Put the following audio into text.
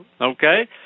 okay